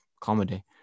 comedy